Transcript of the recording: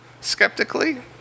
Skeptically